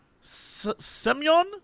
Semyon